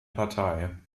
partei